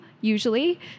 usually